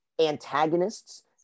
antagonists